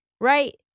Right